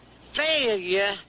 failure